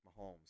Mahomes